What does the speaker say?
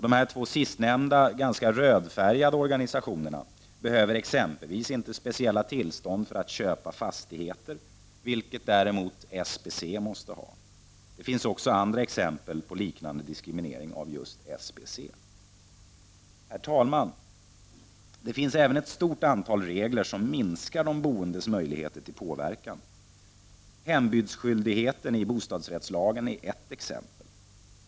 De två sistnämnda ganska rödfärgade organisationerna behöver exempelvis inte speciella tillstånd för att köpa fastigheter, vilket däremot SBC måste ha. Det finns också andra exempel på liknande diskriminering av just SBC. Herr talman! Det finns även ett stort antal regler som gör att de boendes möjligheter till påverkan minskar. Hembudsskyldigheten i bostadsrättslagen är ett exempel.